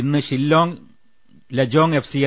C ഇന്ന് Shillong Lajong F